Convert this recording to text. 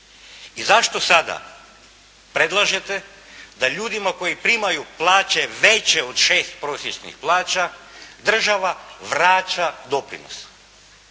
I zašto sada predlažete da ljudima koji primaju plaće veće od 6 prosječnih plaća, država vraća doprinos.